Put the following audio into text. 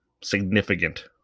significant